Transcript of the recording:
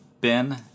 ben